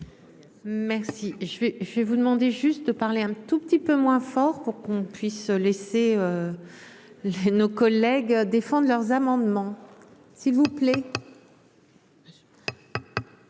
je vais, je vais vous demander juste parler un tout petit peu moins fort pour qu'on puisse laisser les nos collègues défendent leurs amendements, s'il vous plaît.